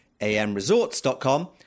amresorts.com